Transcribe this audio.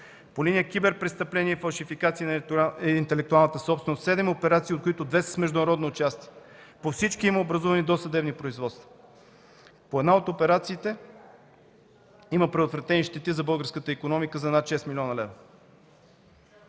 По линия „Киберпрестъпления и фалшификации на интелектуалната собственост” – седем операции, от които две с международно участие, по всички има образувани досъдебни производства. При една от операциите има предотвратени щети за българската икономика за над 6 млн. лв.